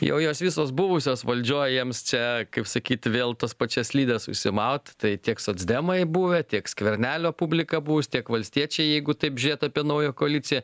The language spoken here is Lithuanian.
jau jos visos buvusios valdžioj jiems čia kaip sakyti vėl tas pačias slides užsimaut tai tiek socdemai buvę tiek skvernelio publika buvus tiek valstiečiai jeigu taip žiūrėt apie naują koaliciją